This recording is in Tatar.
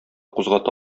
кузгата